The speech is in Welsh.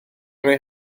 roi